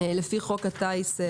לפי חוק הטיס,